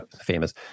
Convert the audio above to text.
famous